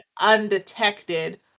undetected